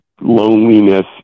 loneliness